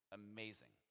amazing